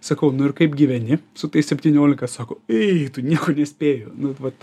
sakau nu ir kaip gyveni su tais septyniolika sako eik tu nieko nespėju nu vat